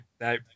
no